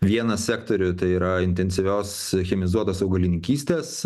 vieną sektorių tai yra intensyvios chemizuotos augalininkystės